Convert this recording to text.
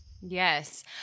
Yes